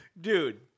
Dude